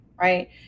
right